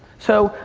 so,